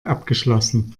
abgeschlossen